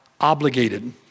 obligated